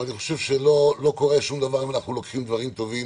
ואני חושב שלא קורה שום דבר אם אנחנו לוקחים דברים טובים